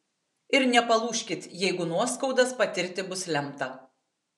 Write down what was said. ir nepalūžkit jeigu nuoskaudas patirti bus lemta